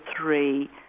three